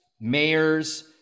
mayors